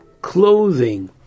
clothing